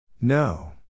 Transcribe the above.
No